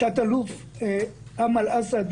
תת אלוף אמאל אסד